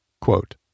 Quote